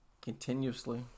continuously